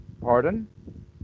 Pardon